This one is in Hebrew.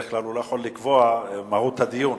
בדרך כלל הוא לא יכול לקבוע את מהות הדיון.